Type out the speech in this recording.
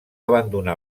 abandonar